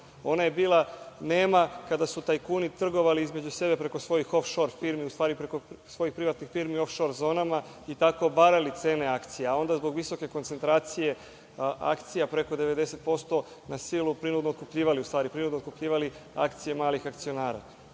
Ona je bila nema kada su tajkuni trgovali između sebe preko svojih ofšor firmi, u stvari preko svojih privatnih firmi u ofšor zonama i tako obarali cene akcija, a onda zbog visoke koncentracije akcija preko 90% na silu prinudno otkupljivali, u stvari, prinudno otkupljivali akcije malih akcionara.